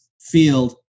field